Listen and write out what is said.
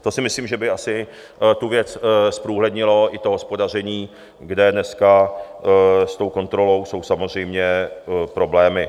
To si myslím, že by asi tu věc zprůhlednilo, i to hospodaření, kde dneska s tou kontrolou jsou samozřejmě problémy.